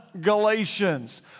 Galatians